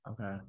Okay